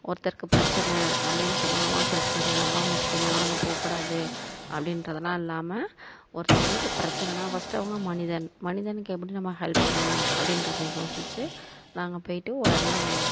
ஒருத்தர்க்கு பிரச்சனை அப்படினு சொன்னால் அவன் கிறிஸ்டினு அவன் முஸ்லீம் அதனால் அங்கே போகக்கூடாது அப்படீன்றதுலாம் இல்லாமல் ஒருத்தவங்களுக்கு பிரச்சனைனா ஃபஸ்டு அவங்க மனிதன் மனிதனுக்கு எப்படி நம்ம ஹெல்ப் பண்ணணும் அப்படின்றத யோசிச்சு நாங்கள் போய்ட்டு உடனே